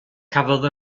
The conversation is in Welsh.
cafodd